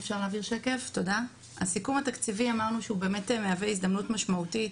הסיכום התקציבי מהווה הזדמנות משמעותית.